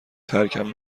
ترکم